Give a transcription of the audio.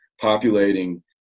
populating